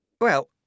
Well